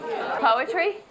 Poetry